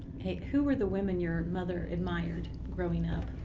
who were the women your mother admired growing up?